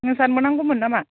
नोंसानोबो नांगौमोन नामा